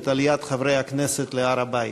את עליית חברי הכנסת להר-הבית.